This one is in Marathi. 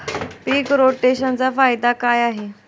पीक रोटेशनचा फायदा काय आहे?